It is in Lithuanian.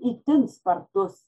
itin spartus